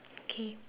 K